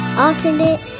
alternate